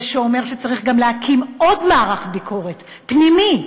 זה שגם אומר שצריך להקים עוד מערך ביקורת פנימי,